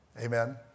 Amen